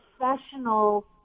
professional